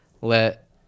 let